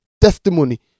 testimony